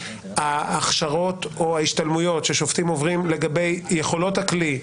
ההכשרות או ההשתלמויות ששופטים עוברים לגבי יכולות הכלי.